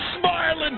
smiling